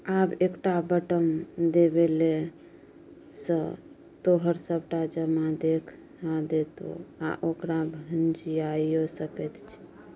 आब एकटा बटम देबेले सँ तोहर सभटा जमा देखा देतौ आ ओकरा भंजाइयो सकैत छी